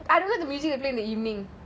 I don't like the music they play in the evening